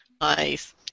Nice